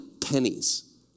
pennies